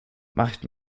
macht